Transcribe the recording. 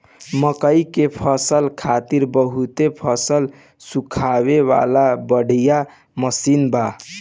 मकई के फसल खातिर बहुते फसल सुखावे वाला बढ़िया मशीन बा